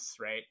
right